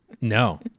No